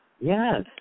Yes